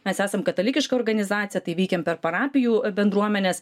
mes esam katalikiška organizacija tai veikiam per parapijų bendruomenes